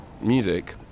music